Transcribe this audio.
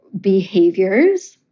behaviors